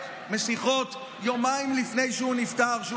שמשיחות יומיים לפני שהוא נפטר אני יודע